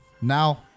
now